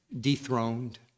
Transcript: dethroned